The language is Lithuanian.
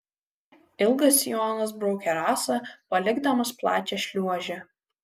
ilgas sijonas braukė rasą palikdamas plačią šliuožę